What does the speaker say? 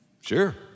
Sure